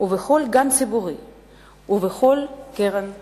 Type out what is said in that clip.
בכל גן ציבורי ובכל קרן רחוב.